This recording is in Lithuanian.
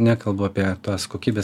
nekalbu apie tuos kokybės